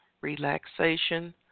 relaxation